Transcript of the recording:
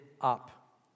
up